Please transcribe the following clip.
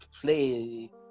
play